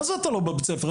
מה זה אתה לא בבית הספר?